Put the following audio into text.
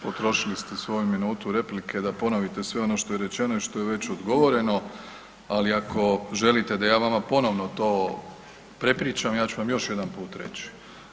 Potrošili ste svoju minutu replike da ponovite sve ono što je rečeno i što je već odgovoreno, ali ako želite da ja vama to ponovno to prepričam, ja ću vam još jedanput reći.